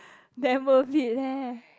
damn worth it leh